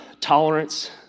tolerance